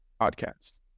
podcast